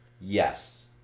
Yes